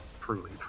truly